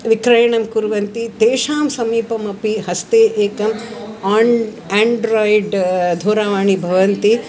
विक्रयणं कुर्वन्ति तेषां समीपम् अपि हस्ते एकम् आण् आण्ड्राय्ड् दूरवाण्यः भवन्ति